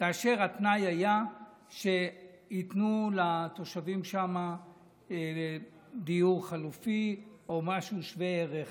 והתנאי היה שייתנו לתושבים שם דיור חלופי או משהו שווה ערך